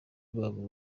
baba